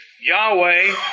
Yahweh